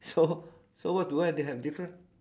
so so what do I they have different